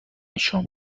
شام